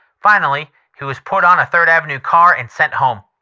finally he was put on a third avenue car and sent home.